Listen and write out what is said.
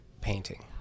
painting